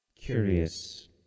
curious